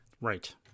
Right